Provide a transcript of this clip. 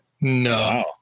no